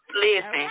Listen